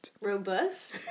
Robust